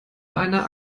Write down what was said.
einer